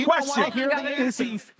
question